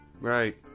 Right